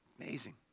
Amazing